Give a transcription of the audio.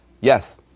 Yes